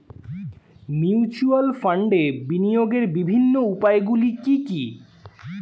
Mutual ফান্ডে বিনিয়োগের বিভিন্ন উপায়গুলি কি কি?